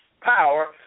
power